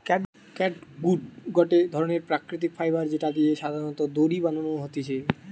catgut গটে ধরণের প্রাকৃতিক ফাইবার যেটা দিয়ে সাধারণত দড়ি বানানো হতিছে